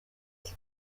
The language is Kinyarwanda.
ati